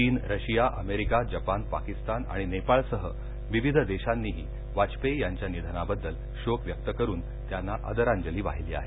चीन Russia America Japan Pakistan आणि नेपाळसह विविध देशांनीही वाजपेयी यांच्या निधनाबद्दल शोक व्यक्त करून त्यांना आदरांजली वाहिली आहे